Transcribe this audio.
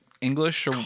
English